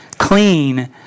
clean